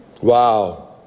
Wow